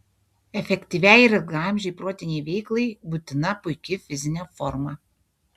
efektyviai ir ilgaamžei protinei veiklai būtina puiki fizinė forma